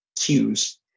cues